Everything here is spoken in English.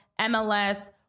MLS